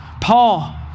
Paul